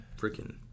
freaking